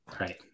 Right